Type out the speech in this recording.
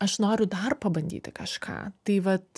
aš noriu dar pabandyti kažką tai vat